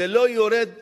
זה לא יורד אליה.